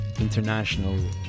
international